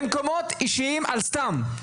ואתם נגררים למקומות אישיים על סתם.